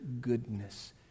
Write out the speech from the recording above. goodness